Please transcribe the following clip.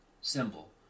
Symbol